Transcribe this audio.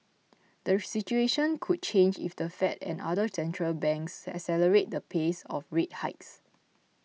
the situation could change if the Fed and other central banks accelerate the pace of rate hikes